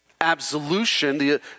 absolution